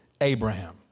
Abraham